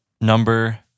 number